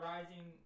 Rising